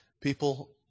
People